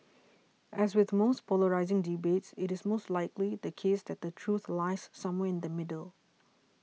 as with most polarising debates it is most likely the case that the truth lies somewhere in the middle